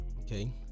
Okay